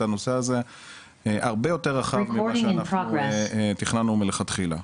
הנושא הזה הרבה יותר רחב ממה שאנחנו תכננו מלכתחילה.